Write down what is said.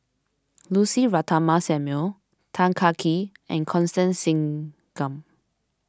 Lucy Ratnammah Samuel Tan Kah Kee and Constance Singam